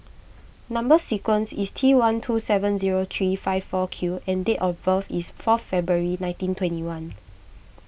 Number Sequence is T one two seven zero three five four Q and date of birth is four February nineteen twenty one